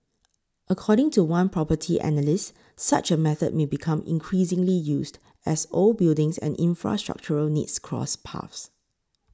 according to one property analyst such a method may become increasingly used as old buildings and infrastructural needs cross paths